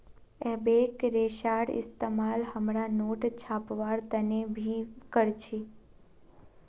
एबेक रेशार इस्तेमाल हमरा नोट छपवार तने भी कर छी